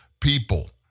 people